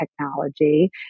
technology